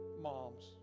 moms